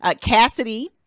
Cassidy